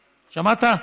שמעת?